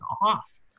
off